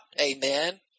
Amen